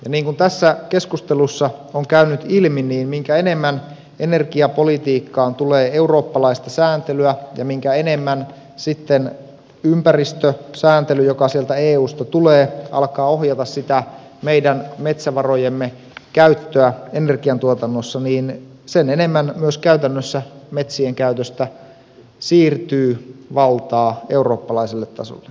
niin kuin tässä keskustelussa on käynyt ilmi niin minkä enemmän energiapolitiikkaan tulee eurooppalaista sääntelyä ja minkä enemmän sitten ympäristösääntely joka sieltä eusta tulee alkaa ohjata meidän metsävarojemme käyttöä energiantuotannossa sen enemmän myös käytännössä metsien käytöstä siirtyy valtaa eurooppalaiselle tasolle